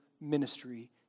ministry